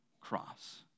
cross